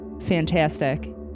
fantastic